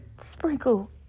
sprinkle